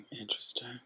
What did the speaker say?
Interesting